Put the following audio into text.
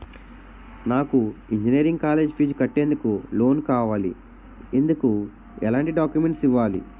నాకు engineering college fees కట్టేందుకు loan కావాలి, ఎందుకు ఎలాంటి డాక్యుమెంట్స్ ఇవ్వాలి?